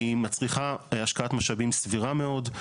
היא מצריכה השקעת משאבים סבירה מאוד.